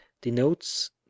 denotes